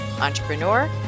entrepreneur